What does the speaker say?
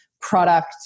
product